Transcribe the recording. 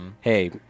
Hey